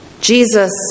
Jesus